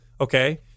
okay